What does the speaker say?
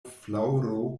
flaŭro